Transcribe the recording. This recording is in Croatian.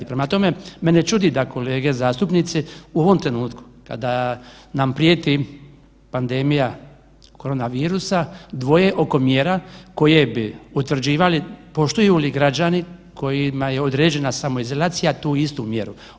Prema tome, mene čudi da kolege zastupnici u ovom trenutku kada nam prijeti pandemija korona virusa dvoje oko mjera koje bi utvrđivali poštuju li građani kojima je određena samoizolacija tu istu mjeru.